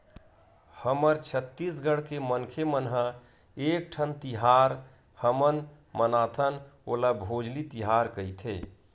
हमर छत्तीसगढ़ के मनखे मन ह एकठन तिहार हमन मनाथन ओला भोजली तिहार कइथे